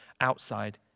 outside